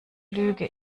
lüge